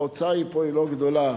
ההוצאה פה היא לא גדולה.